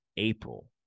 April